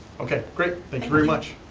okay, great. thank you very much.